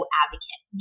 advocate